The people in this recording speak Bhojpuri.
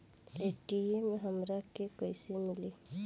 ए.टी.एम हमरा के कइसे मिली?